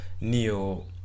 Neo